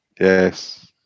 Yes